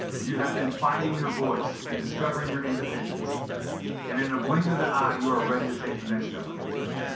you have been finding your voice and discovering your independence and in a blink of the eye you are ready to take the next step on your journey